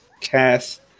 cast